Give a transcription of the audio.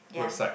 ya